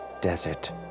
desert